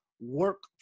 work